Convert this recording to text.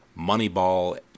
Moneyball